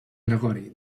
gregori